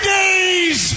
days